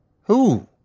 Who